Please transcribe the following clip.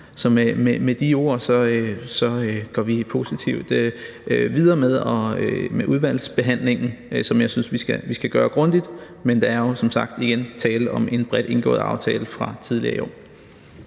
Så med de ord går vi positivt videre med udvalgsbehandlingen, som jeg synes vi skal gøre grundigt. Men der er jo som sagt igen tale om en bredt indgået aftale fra tidligere i år.